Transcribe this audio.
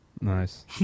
Nice